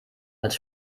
als